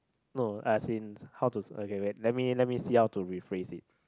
no as in how to okay let me let me see how to rephrase it